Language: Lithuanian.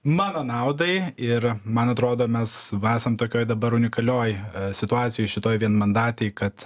mano naudai ir man atrodo mes esam tokioj dabar unikalioj situacijoj šitoj vienmandatėj kad